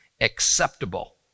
acceptable